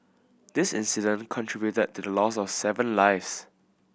this incident contributed to the loss of seven lives